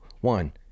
One